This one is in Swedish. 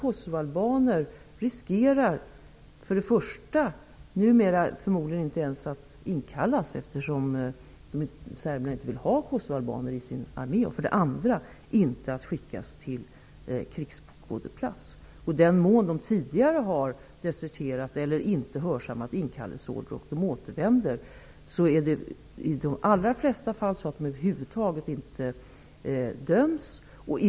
Kosovaalbaner riskerar för det första numera förmodligen inte ens att inkallas, eftersom serberna inte vill ha kosovaalbaner i sin armé, för det andra inte att skickas till krigsskådeplats. I den mån de tidigare har deserterat eller inte har hörsammat inkallelseorder och återvänder blir de i de flesta fall över huvud taget inte dömda.